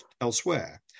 elsewhere